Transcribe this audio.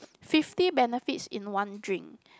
fifty benefits in one drink